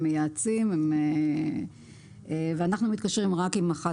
הם מייעצים ואנחנו מתקשרים רק עם אחת